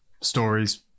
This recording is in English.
stories